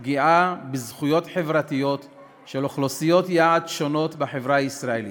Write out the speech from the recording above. פגיעה בזכויות חברתיות של אוכלוסיות יעד שונות בחברה הישראלית.